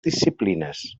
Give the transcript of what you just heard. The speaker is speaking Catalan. disciplines